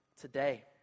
today